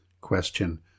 Question